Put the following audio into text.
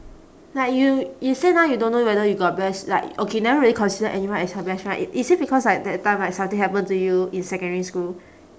like you you say now you don't know whether you got best like okay never really consider anyone as your best friend i~ is it because like that time like something happen to you in secondary school